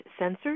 sensors